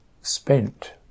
spent